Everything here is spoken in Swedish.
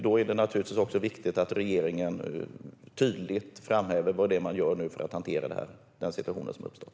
Då är det naturligtvis också viktigt att regeringen tydligt framhäver vad man nu gör för att hantera den situation som har uppstått.